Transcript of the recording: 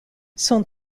son